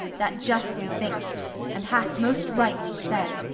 that justly think'st and hast most rightly said!